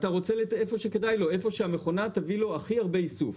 במקום שהמכונה תביא לו הכי הרבה איסוף.